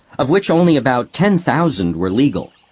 of which only about ten thousand were legal.